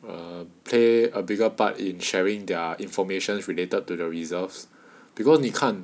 err play a bigger part in sharing their information related to the reserves because 你看